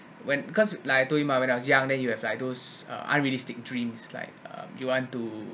when because like I told him ah when I was young then you have like those uh unrealistic dreams like uh you want to